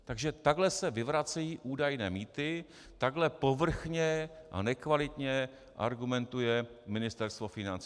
Takže takhle se vyvracejí údajné mýty, takhle povrchně a nekvalitně argumentuje Ministerstvo financí.